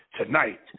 tonight